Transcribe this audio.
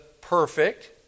perfect